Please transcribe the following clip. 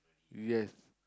yes